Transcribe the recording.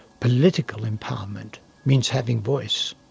political empowerment means having voice.